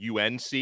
UNC